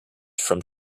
from